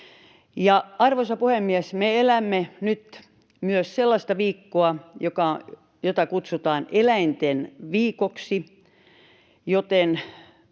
arvoisa puhemies, me elämme nyt myös sellaista viikkoa, jota kutsutaan Eläinten viikoksi, joten